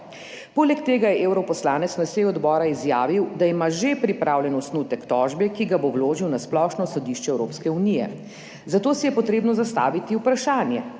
Poleg tega je evroposlanec na seji odbora izjavil, da ima že pripravljen osnutek tožbe, ki ga bo vložil na Splošno sodišče Evropske unije. Zato si je potrebno zastaviti vprašanje,